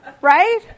right